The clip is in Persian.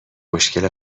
مشکل